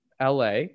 LA